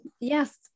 yes